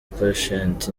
patient